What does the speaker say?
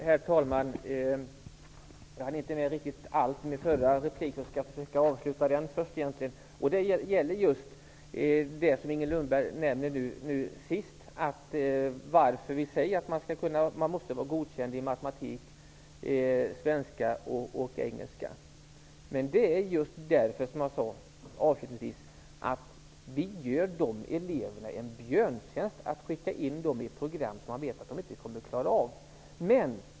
Herr talman! Jag hann inte med allt i min förra replik, och jag skall försöka att avsluta den först. Det gäller just det som Inger Lundberg nämnde nu sist, varför vi säger att man måste vara godkänd i matematik, svenska och engelska. Det beror på att vi gör eleverna en björntjänst om vi skickar in dem i program som vi vet att de inte kommer att klara av.